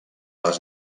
les